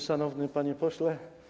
Szanowny Panie Pośle!